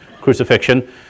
crucifixion